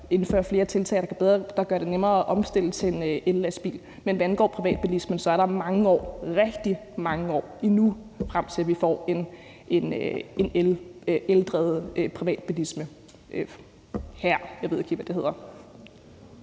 indføre flere tiltag, der gør det nemmere at omstille til ellastbil. Men hvad angår privatbilismen, er der mange år, rigtig mange år, endnu frem til, at vi får en eldrevet privatbilisme. Kl. 16:45 Tredje